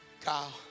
Kyle